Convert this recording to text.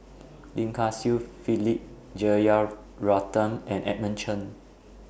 Lim Kay Siu Philip Jeyaretnam and Edmund Chen